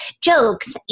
jokes